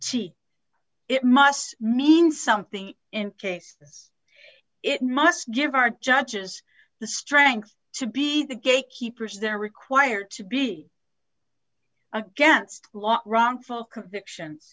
teeth it must mean something in case this it must give our judges the strength to be the gate keepers they're required to be against a lot wrongful convictions